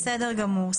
בסדר גמור.